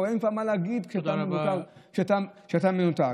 אין כבר מה להגיד כשאתה מנותק.